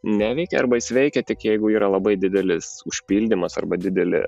neveikia arba jis veikia tik jeigu yra labai didelis užpildymas arba didelė